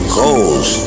goals